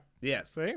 Yes